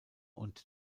und